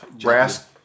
brass